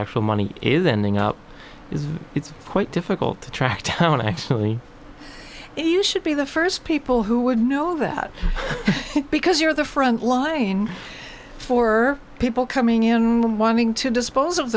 actual money is ending up is it's quite difficult to track actually you should be the first people who would know that because you're the front line for people coming in wanting to dispose of